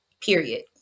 period